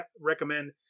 recommend